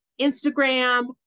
Instagram